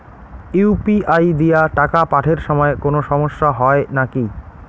UPI দিয়া টাকা পাঠের সময় কোনো সমস্যা হয় নাকি?